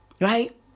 Right